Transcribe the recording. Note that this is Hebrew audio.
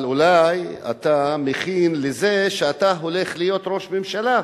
אבל אולי אתה מכין לזה שאתה הולך להיות ראש ממשלה?